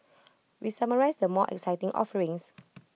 we summarise the more exciting offerings